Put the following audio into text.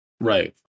right